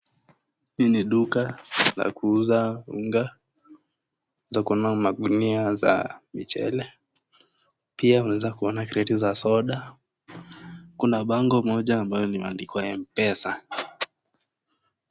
Hii ni duka la kuuza unga, kuna magunia za mchele, pia unaeza kuona makreti za soda. Kuna bango moja ambalo limeandikwa M-PESA.